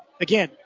Again